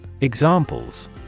Examples